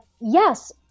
yes